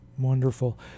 Wonderful